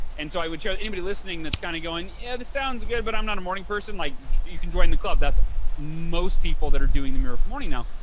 and so, i'd you know be listening that's kind of going, yeah. this sounds good but i'm not a morning person like you can join the club. that's most people that are doing the miracle morning now.